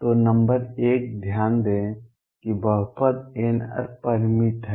तो नंबर एक ध्यान दें कि बहुपद n r परिमित है